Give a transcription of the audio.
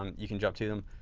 um you can jump to them.